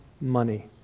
money